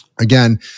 Again